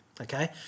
Okay